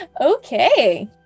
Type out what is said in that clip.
Okay